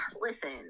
listen